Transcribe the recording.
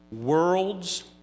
world's